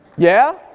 yeah?